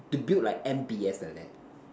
to build like M_B_S like that